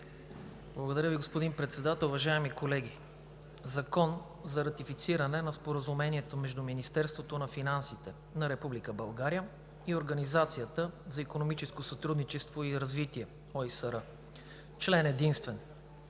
Благодаря Ви. Господин Председател, уважаеми колеги! „ЗАКОН за ратифициране на Споразумението между Министерството на финансите на Република България и Организацията за икономическо сътрудничество и развитие (ОМСР) Член единствен.